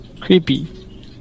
Creepy